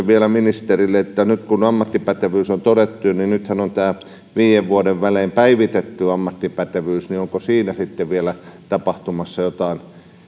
vielä kysymyksen ministerille nyt kun ammattipätevyys on todettu niin kun nythän on tämä viiden vuoden välein päivitetty ammattipätevyys niin onko siinä sitten vielä tapahtumassa jotain